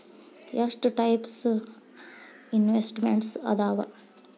ಎಷ್ಟ types investments ಅದಾವ